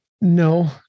No